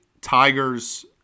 Tigers